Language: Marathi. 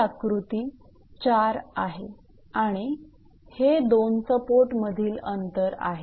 ही आकृती 4 आहे आणि हे दोन सपोर्ट मधील अंतर आहे